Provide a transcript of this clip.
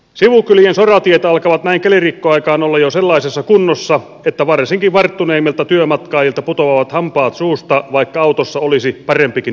sivukylien soratiet alkavat näin kelirikkoaikaan olla jo sellaisessa kunnossa että varsinkin varttuneimmilta työmatkaajilta putoavat hampaat suusta vaikka autossa olisi parempikin jousitus